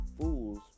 fools